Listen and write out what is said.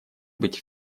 быть